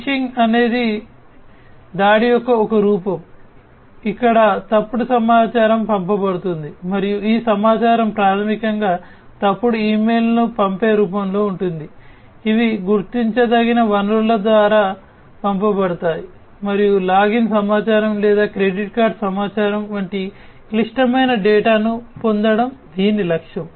fishing అనేది దాడి యొక్క ఒక రూపం ఇక్కడ తప్పుడు సమాచారం పంపబడుతుంది మరియు ఈ సమాచారం ప్రాథమికంగా తప్పుడు ఇమెయిల్లను పంపే రూపంలో ఉంటుంది ఇవి గుర్తించదగిన వనరుల ద్వారా పంపబడ్డాయి మరియు లాగిన్ సమాచారం లేదా క్రెడిట్ కార్డ్ సమాచారం వంటి క్లిష్టమైన డేటాను పొందడం దీని లక్ష్యం